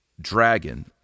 dragon